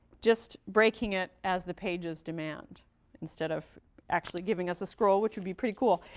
just breaking it as the pages demand instead of actually giving us a scroll, which would be pretty cool.